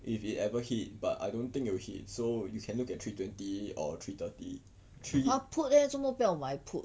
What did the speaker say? if it ever hit but I don't think it will hit so you can look at three twenty or three thirty three